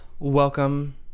Welcome